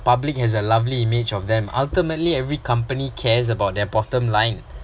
public has a lovely image of them ultimately every company cares about their bottom line